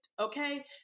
okay